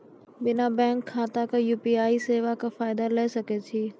बिना बैंक खाताक यु.पी.आई सेवाक फायदा ले सकै छी?